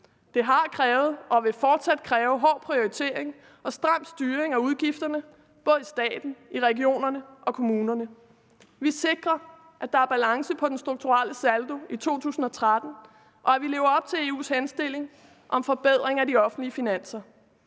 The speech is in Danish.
Det har krævet og vil fortsat kræve hård prioritering og stram styring af udgifterne både i staten, i regionerne og i kommunerne. Vi sikrer, at der er balance på den strukturelle saldo i 2013, og at vi lever op til EU's henstilling om forbedring af de offentlige finanser.